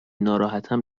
ناراحتم